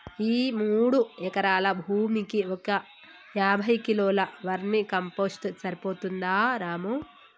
ఈ మూడు ఎకరాల భూమికి ఒక యాభై కిలోల వర్మీ కంపోస్ట్ సరిపోతుందా రాము